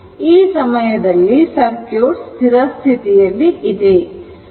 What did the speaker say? ಈ ಸಮಯದಲ್ಲಿ ಸರ್ಕ್ಯೂಟ್ ಸ್ಥಿರ ಸ್ಥಿತಿಯಲ್ಲಿ ಇದೆ